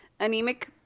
Anemic